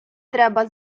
треба